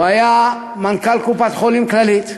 הוא היה מנכ"ל קופת-חולים כללית,